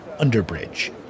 Underbridge